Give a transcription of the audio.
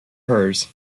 hers